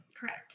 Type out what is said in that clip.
Correct